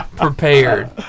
prepared